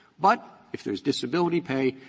but if there's disability pay,